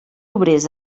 obrers